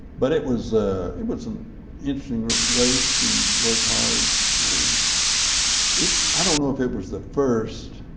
but it was it was an interesting race. he worked hard and it i don't know if it was the first,